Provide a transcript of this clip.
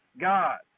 God